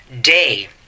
day